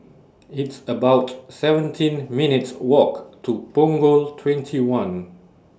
It's about seventeen minutes' Walk to Punggol twenty one